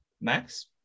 Max